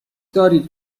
دارید